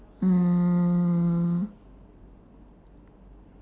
mm